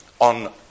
on